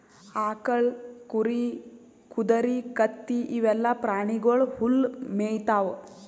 ಆಕಳ್, ಕುರಿ, ಕುದರಿ, ಕತ್ತಿ ಇವೆಲ್ಲಾ ಪ್ರಾಣಿಗೊಳ್ ಹುಲ್ಲ್ ಮೇಯ್ತಾವ್